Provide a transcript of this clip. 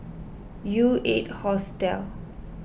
U eight Hostel